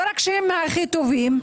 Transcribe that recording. לא רק שהם הכי טובים,